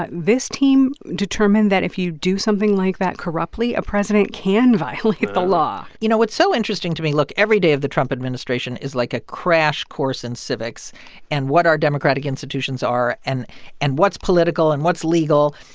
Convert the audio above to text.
but this team determined that if you do something like that corruptly, a president can violate the law you know what's so interesting to me look. every day of the trump administration is like a crash course in civics and what our democratic institutions are and and what's political and what's legal.